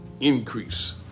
Increase